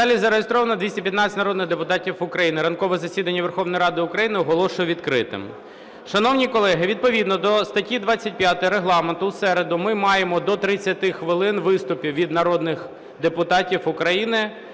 залі зареєстровано 215 народних депутатів України. Ранкове засідання Верховної Ради України оголошую відкритим. Шановні колеги, відповідно до статті 25 Регламенту у середу ми маємо до 30 хвилин виступів від народних депутатів України